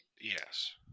Yes